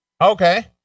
Okay